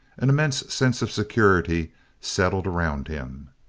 an immense sense of security settled around him.